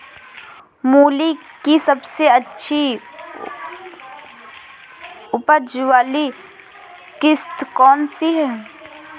मूली की सबसे अच्छी उपज वाली किश्त कौन सी है?